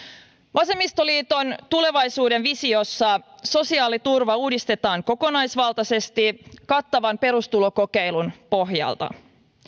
vasemmistoliiton tulevaisuudenvisiossa sosiaaliturva uudistetaan kokonaisvaltaisesti kattavan perustulokokeilun pohjalta